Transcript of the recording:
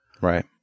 Right